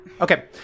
Okay